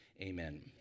amen